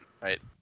Right